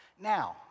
Now